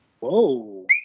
Whoa